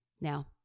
Now